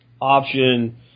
option